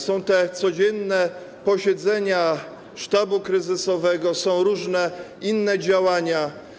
Są codzienne posiedzenia sztabu kryzysowego, są różne inne działania.